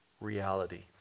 reality